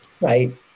Right